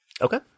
Okay